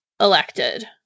elected